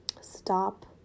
stop